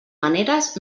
maneres